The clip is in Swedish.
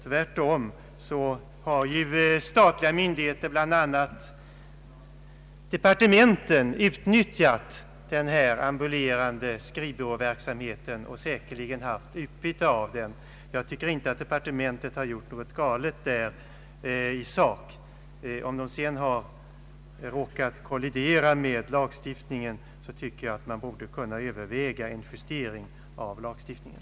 Tvärtom har ju statliga myndigheter, bl.a. departementen, utnyttjat denna ambulerande skrivbyråverksamhet och = säkerligen haft utbyte av den. Jag tycker inte att departementen därvidlag handlat fel. Om man sedan råkar kollidera med lagstiftningen anser jag att man bör kunna överväga en justering av lagstiftningen.